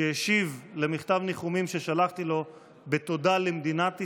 שהשיב על מכתב ניחומים ששלחתי לו בתודה למדינת ישראל,